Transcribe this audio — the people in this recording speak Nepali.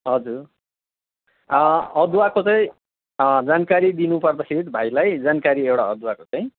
हजुर अदुवाको चाहिँ जानकारी दिनु पर्दाखेरि भाइलाई जानकारी एउटा अदुवा चाहिँ